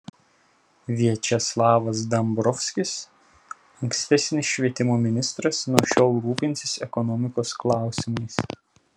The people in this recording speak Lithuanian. viačeslavas dombrovskis ankstesnis švietimo ministras nuo šiol rūpinsis ekonomikos klausimais